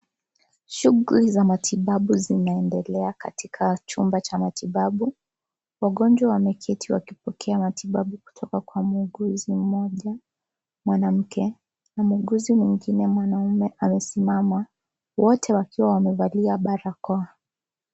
Shughuli za matibabu zinaendelea Katika chumba cha matibabu. Wagonjwa wameketi wakipokea matibabu kutoka kwa mhuguzi mmoja mwanamke na mhuguzi mwingine mwanaume amesimama, wote wakiwa wamevalia barakoa.